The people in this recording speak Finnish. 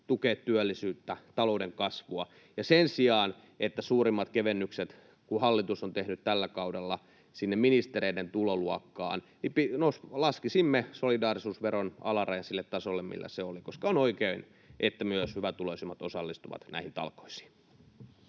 tukea työllisyyttä, talouden kasvua. Ja sen sijaan, että suurimmat kevennykset hallitus on tehnyt tällä kaudella sinne ministereiden tuloluokkaan, laskisimme solidaarisuusveron alarajan sille tasolle, millä se oli, koska on oikein, että myös hyvätuloisimmat osallistuvat näihin talkoisiin.